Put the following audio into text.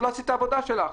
לא עשית את העבודה שלך.